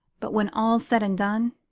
but when all's said and done,